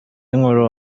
nkuru